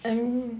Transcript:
then